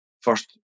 first